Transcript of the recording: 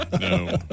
no